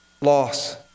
loss